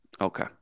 Okay